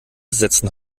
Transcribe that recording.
setzen